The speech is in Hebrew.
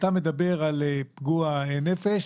כשאתה מדבר על פגוע נפש,